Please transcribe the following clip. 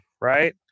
right